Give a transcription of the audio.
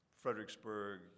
Fredericksburg